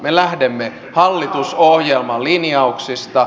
me lähdemme hallitusohjelman linjauksista